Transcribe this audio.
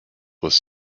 was